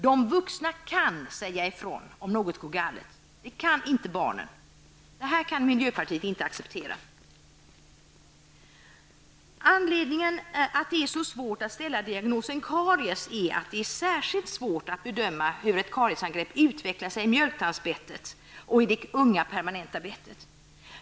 De vuxna kan säga ifrån om något går galet. Det kan inte barnen. Detta kan miljöpartiet inte acceptera. Anledningen till att det är så svårt att ställa diagnosen karies är att det är särskilt svårt att bedöma hur ett kariesangrepp utvecklar sig i mjölktandsbettet och i det unga permanenta bettet.